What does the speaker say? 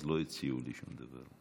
אז לא הציעו לי שום דבר.